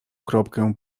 kropkę